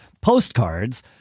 postcards